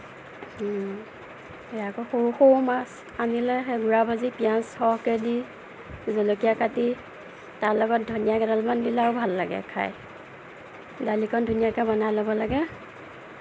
আকৌ সৰু সৰু মাছ আনিলে সেই কোমোৰা ভাজি পিয়াজ সৰহকে দি জলকীয়া কাটি তাৰ লগত ধনিয়া কেইডালমান দিলে আৰু ভাল লাগে খাই দালিকণ ধুনীয়াকে বনাই ল'ব লাগে